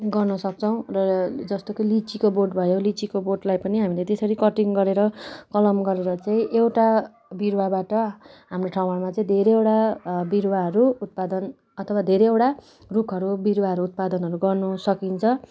गर्न सक्छौँ र जस्तो कि लिचीको बोट भयो लिचीको बोटलाई पनि हामीले तेसरी कटिङ गरेर कलम गरेर चाहिँ एउटा बिरुवाबाट हाम्रो ठाउँहरूमा चाहिँ धेरैवटा बिरुवाहरू उत्पादन अथवा धेरैवटा रुखहरू बिरुवाहरू उत्पादनहरू गर्नु सकिन्छ